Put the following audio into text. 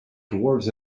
dwarves